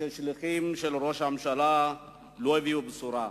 כשהשליחים של ראש הממשלה לא הביאו בשורה.